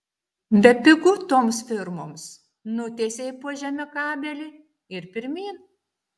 bepigu toms firmoms nutiesei po žeme kabelį ir pirmyn